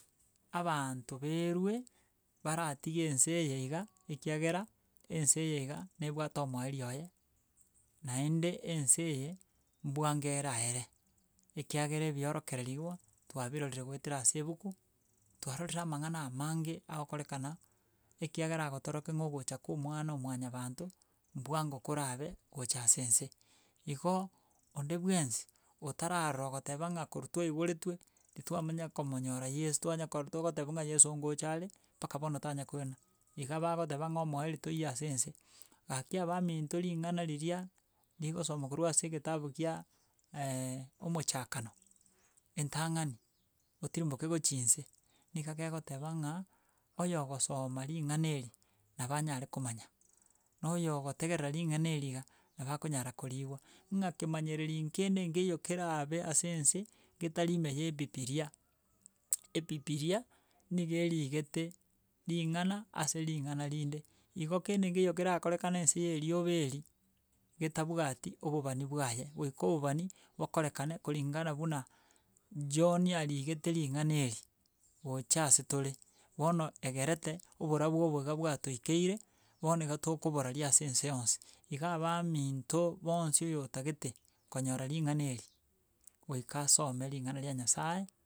Abanto ba erwe baratiga ense eye iga ekiagera, ense eye iga nebwate omoerio oye, naende ense bwango eraere, ekiagera ebiorokereriwa twabirorire goetera ase ebuku, twarorire amang'ana amange, agokorekana, ekiagera agotoroki ng'a ogocha kwa omwana omwanyabanto, bwango korabe, gocha ase ense. Igo, onde bwensi otararora goteba ng'a korwa twaiboretwe, ntitwamanya komonyora yeso, twanyakora togotebiwa ng'a yesu ngochare, mpaka bono tanyakoirana, iga bagoteba ng'a omoeri toiyo ase ense, gaki abaminto ring'ana riria rigosomwa korwa ase egetabu gia omochakana, entang'ani otirimboke gochia nse, niga gegoteba ng'a oyo ogosoma ring'ana eri, nabo anyare komanya, na oyo ogotegerera ring'ana eri iga, nabo akonyara koriigwa ng'a kemanyereri nkende nkeiyo kerabe ase ense getari ime ya bibiria ebibiria, niga erigete ring'ana ase ring'ana rinde. Igo kende nkeiyo kerakorekane nse ya riobe eri getabwati obobani bwaye, goika obobani bokorekane kuringana buna john arigete ring'ana eri gocha ase tore, bono egerete oborabu obo iga bwatokeire bono iga tokoborari ase ense yonsi. Iga abaminto, bonsi oyo otagete konyora ring'ana eri goika asome ring'ana ria nyasaye.